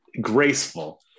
graceful